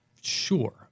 Sure